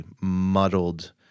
muddled